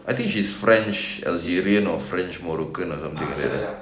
I think she's french algerian or french morrocan or something like that